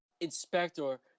inspector